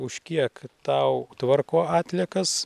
už kiek tau tvarko atliekas